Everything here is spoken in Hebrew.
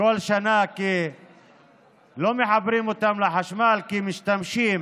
כל שנה, כי לא מחברים אותם לחשמל, כי משתמשים